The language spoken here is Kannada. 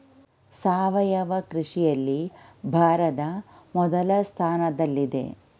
ಸಾವಯವ ಕೃಷಿಯಲ್ಲಿ ಭಾರತ ಮೊದಲ ಸ್ಥಾನದಲ್ಲಿದೆ